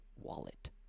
wallet